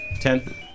Ten